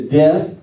death